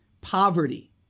Poverty